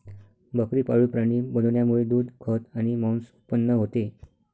बकरी पाळीव प्राणी बनवण्यामुळे दूध, खत आणि मांस उत्पन्न होते